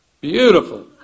Beautiful